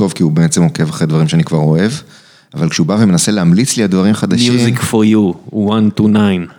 כי הוא בעצם עוקב אחרי דברים שאני כבר אוהב אבל כשהוא בא ומנסה להמליץ לי הדברים החדשים Music for you, 129